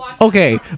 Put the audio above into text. okay